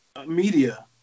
Media